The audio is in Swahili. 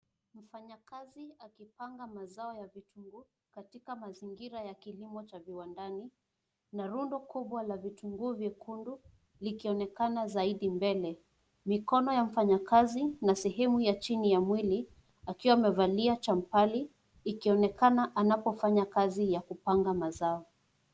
Wafanyakazi akipanga mazao ya vitunguu, katika mazingira ya kilimo cha viwandani, na rundo kubwa la vitunguu vyekundu, likionekana zaidi mbele. Mikono ya mfanyakazi, na sehemu ya chini ya mwili, akiwa amevalia champali, ikionekana anapofanya kazi ya kupanga mazao.